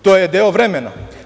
To je deo vremena.